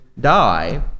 die